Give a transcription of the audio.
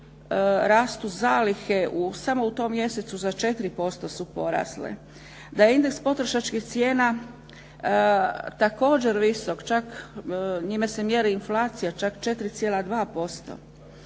rastu zalihe samo u tom mjesecu za 4% su porasle, da je indeks potrošačkih cijena također visok, čak njime se mjeri inflacija, čak 4,2%,